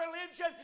religion